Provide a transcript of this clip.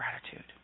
gratitude